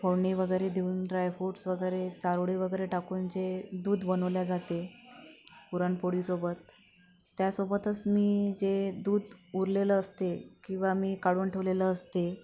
फोडणी वगैरे देऊन ड्रायफ्रुटस वगैरे चारोळे वगैरे टाकून जे दूध बनवले जाते पुरणपोळीसोबत त्यासोबतच मी जे दूध उरलेलं असते किंवा मी काढून ठेवलेलं असते